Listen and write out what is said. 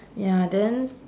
ya then